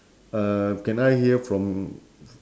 uh can I hear from